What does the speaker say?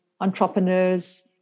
entrepreneurs